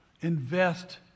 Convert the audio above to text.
invest